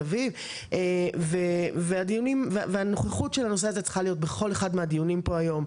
אביב והנוכחות של הנושא הזה צריכה להיות בכל אחד מהדיונים פה היום.